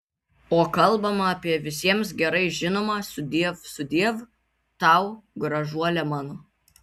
o kalbama apie visiems gerai žinomą sudiev sudiev tau gražuole mano